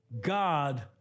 God